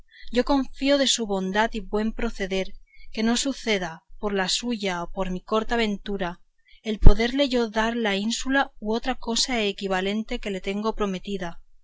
yo confío de su bondad y buen proceder que no me dejará en buena ni en mala suerte porque cuando no suceda por la suya o por mi corta ventura el poderle yo dar la ínsula o otra cosa equivalente que le tengo prometida